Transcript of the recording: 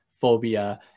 phobia